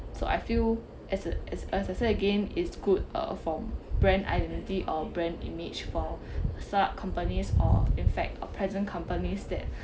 so I feel as as as I say again is good uh for brand identity or brand image for startup companies or in fact or present companies that